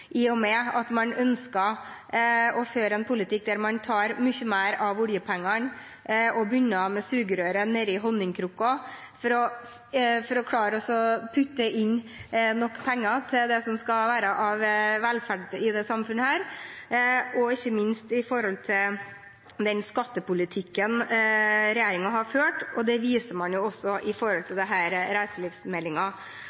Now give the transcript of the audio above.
i og med at man ønsket å føre en politikk der man tar mye mer av oljepengene og begynner med sugerøret ned i honningkrukka for å klare å putte inn nok penger til det som skal være av velferd i dette samfunnet, og ikke minst med tanke på den skattepolitikken regjeringen har ført. Og det viser man også